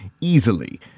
easily